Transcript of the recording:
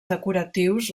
decoratius